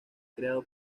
creado